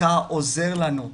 אתה עוזר לנו.."